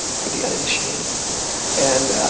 for the uninitiated and